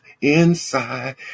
inside